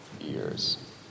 years